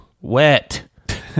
Wet